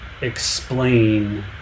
explain